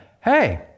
hey